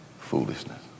Foolishness